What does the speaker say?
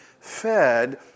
fed